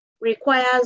requires